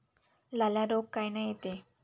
लाल्या रोग कायनं येते?